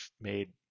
made